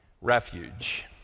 refuge